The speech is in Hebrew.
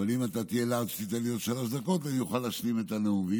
ואם אתה תהיה לארג' תיתן עוד שלוש דקות ואני אוכל להשלים את הנאום,